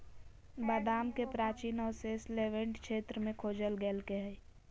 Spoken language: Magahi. बादाम के प्राचीन अवशेष लेवेंट क्षेत्र में खोजल गैल्के हइ